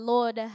Lord